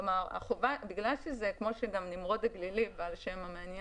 כלומר, כמו שגם נמרוד הגלילי, בעל השם המעניין,